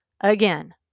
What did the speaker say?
again